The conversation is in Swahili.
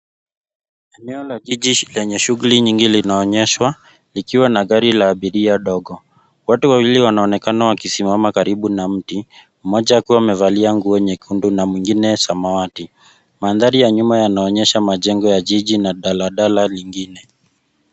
Eneo la jiji lenye shughuli nyingi linaonyeshwa, likiwa na gari la abiria dogo. Watu wawili wanaonekana wakisimama karibu na mti mmoja akiwa amevalia nguo nyekundu na mwingine ya samawati. Maandhari ya nyuma inaonyesha majengo ya jiji na daladala lingine.